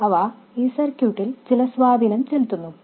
മാത്രമല്ല അവ ഈ സർക്യൂട്ടിൽ ചില സ്വാധീനം ചെലുത്തുന്നു